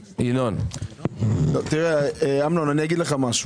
אמנון, אני אגיד לך משהו.